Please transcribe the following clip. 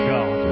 God